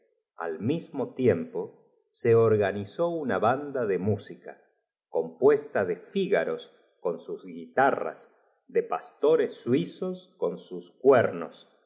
al mismo tiempo se entonces la seriorita clara se inclinó organizó una banda do música compuescuanto pudo y cogiéndole por un bl'acito ta de figaros con sus guitarras de pasto le obligó á levantarse luego quitándose res suizos con sus cuernos